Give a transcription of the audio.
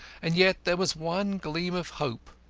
and yet there was one gleam of hope,